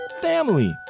Family